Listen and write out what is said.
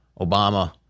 Obama